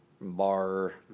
Bar